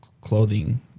clothing